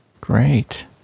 Great